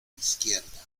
izquierda